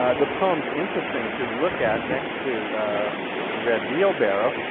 ah the poem's interesting to look at next to the red wheelbarrow.